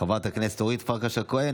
חברת הכנסת אורית פרקש הכהן,